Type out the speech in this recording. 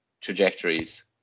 trajectories